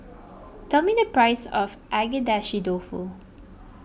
tell me the price of Agedashi Dofu